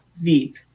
Veep